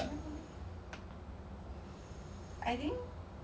okay so you want to be boss lah